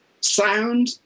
sound